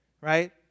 right